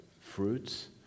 fruits